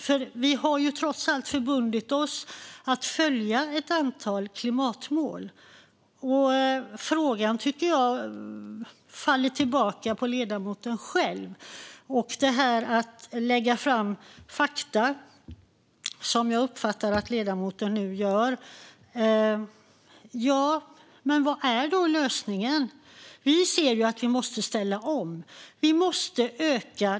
Sverige har trots allt förbundit sig att nå ett antal klimatmål. Jag tycker att frågan faller tillbaka på ledamoten själv. Jag uppfattar att ledamoten lägger fram fakta, men vad är lösningen? Vi ser att Sverige måste ställa om.